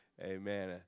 Amen